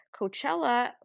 Coachella